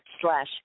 slash